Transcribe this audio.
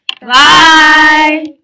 Bye